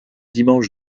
dimanches